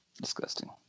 Disgusting